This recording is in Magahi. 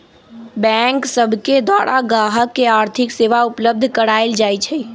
बैंक सब के द्वारा गाहक के आर्थिक सेवा उपलब्ध कराएल जाइ छइ